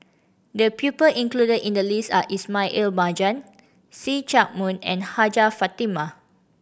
the people included in the list are Ismail Marjan See Chak Mun and Hajjah Fatimah